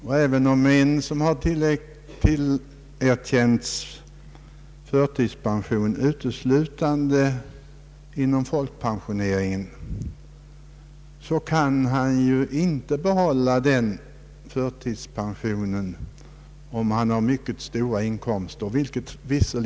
En person som tillerkänts förtidspension uteslutande inom folkpensioneringen kan ju inte behålla denna förtidspension, om han har mycket stora arbetsinkomster.